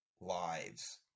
lives